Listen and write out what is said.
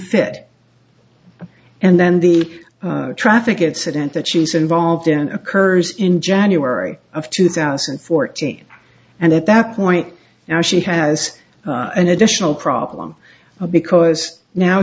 fit and then the traffic incident that she's involved in occurs in january of two thousand and fourteen and at that point now she has an additional problem because now